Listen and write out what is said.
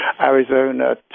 Arizona